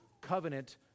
Covenant